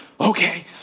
okay